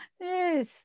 Yes